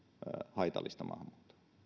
haitallista maahanmuuttoa